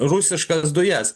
rusiškas dujas